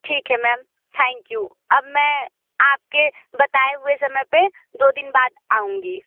ठीक है ma'am thank you अब मैं आपके बताए हुए समय पे दो दिन बाद आऊंगी